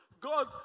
God